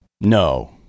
No